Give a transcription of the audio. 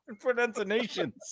pronunciations